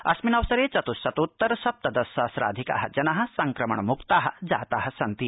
अस्मिन्नवसरे चत्श्शतोत्तर सप्तदश सहस्राधिका जना संक्रमण मुक्ता जाता सन्ति